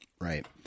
Right